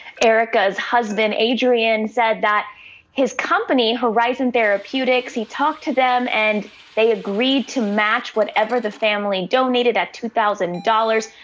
erica's husband. adrian said that his company horizon therapeutics he talked to them and they agreed to match whatever the family donated at two thousand dollars.